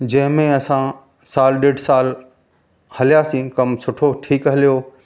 जंहिंमें असां सालु ॾेढ सालु हलियासीं कमु सुठो ठीकु हलियो